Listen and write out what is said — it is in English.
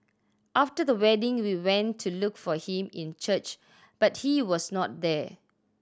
after the wedding we went to look for him in church but he was not there